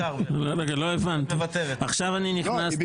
לא הבנתי, עכשיו אני נכנסתי